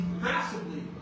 massively